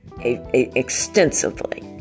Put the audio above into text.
extensively